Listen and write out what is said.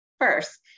First